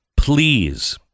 Please